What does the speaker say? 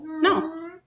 No